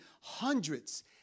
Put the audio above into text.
hundreds